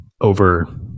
over